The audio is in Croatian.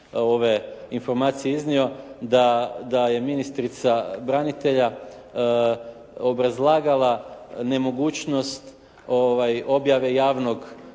ove informacije iznio da je ministrica branitelja obrazlagala nemogućnost objave javnog